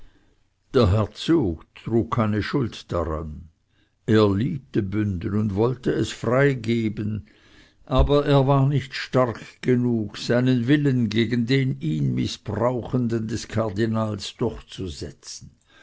der herzog trug keine schuld daran er liebte bünden und wollte es freigeben aber er war nicht stark genug seinen willen gegen den ihn mißbrauchenden des kardinals durchzusetzen